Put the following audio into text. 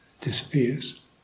disappears